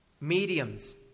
Mediums